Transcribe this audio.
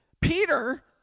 Peter